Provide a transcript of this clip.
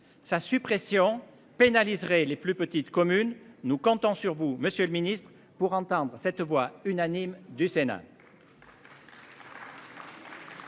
sa suppression pénaliserait les plus petites communes. Nous comptons sur vous Monsieur le Ministre pour entendre cette voix unanime du Sénat.